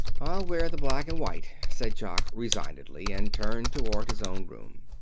i'll wear the black and white, said jock resignedly, and turned toward his own room.